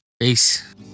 Peace